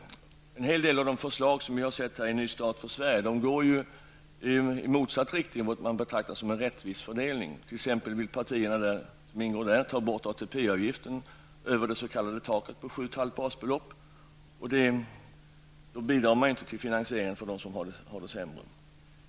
En hel del av de förslag som vi har sett i Ny start för Sverige går i motsatt riktning mot vad man betraktar som en rättvis fördelning. Partierna i fråga vill t.ex. ta bort ATP-avgiften över det s.k. taket på 7,5 basbelopp. Då bidrar man inte till finansieringen för dem som har det sämre.